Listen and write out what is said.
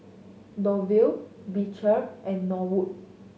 Lovie Beecher and Norwood